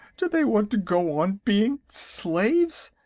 do they want to go on being slaves?